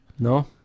No